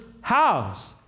house